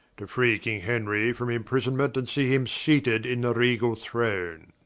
to free king henry from imprisonment, and see him seated in the regall throne.